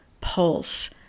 pulse